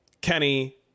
Kenny